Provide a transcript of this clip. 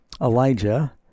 Elijah